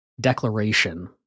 declaration